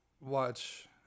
watch